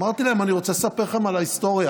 אמרתי להם: אני רוצה לספר לכם על ההיסטוריה,